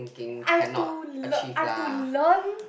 I have to le~ I have to learn